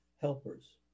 helpers